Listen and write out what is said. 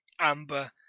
Amber